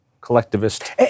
collectivist